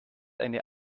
eine